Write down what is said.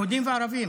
יהודים וערבים.